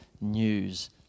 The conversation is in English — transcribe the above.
news